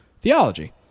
theology